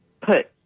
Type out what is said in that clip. put